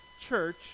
church